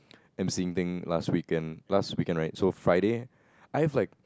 emceeing thing last weekend last weekend right so Friday I have like